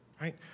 right